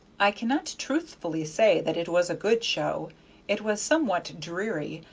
i cannot truthfully say that it was a good show it was somewhat dreary,